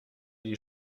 die